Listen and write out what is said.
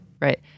Right